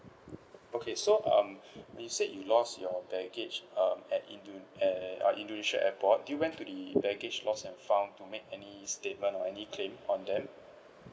okay so um you said you lost your baggage err at indon~ at err indonesia airport did you went to the baggage lost and found to make any statement or any claim on them